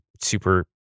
super